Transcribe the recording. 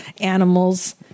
Animals